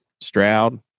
Stroud